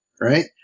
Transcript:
right